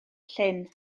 llyn